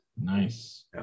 nice